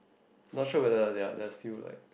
not sure whether they are they are still like